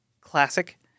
classic